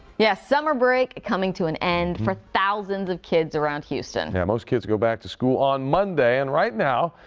yeah summer break coming to an end for thousands of kids around houston. yeah most kids go back to school on monday and, right now,